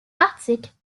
articles